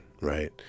right